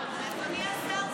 אדוני השר,